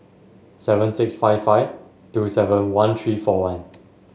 seven six five five two seven one three four one